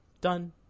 Done